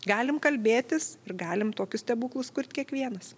galim kalbėtis ir galim tokius stebuklus kurt kiekvienas